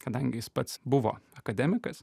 kadangi jis pats buvo akademikas